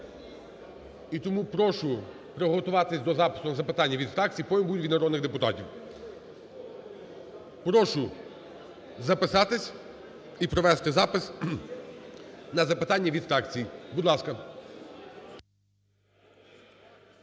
І тому прошу приготуватися до запису на запитання від фракцій, потім будуть від народних депутатів. Прошу записатися і провести запис на запитання від фракцій. Будь ласка.